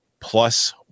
plus